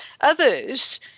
Others